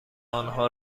آنها